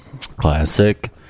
Classic